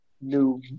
new